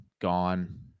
gone